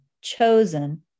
chosen